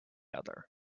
other